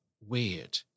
weird